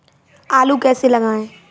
आलू कैसे लगाएँ?